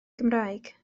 gymraeg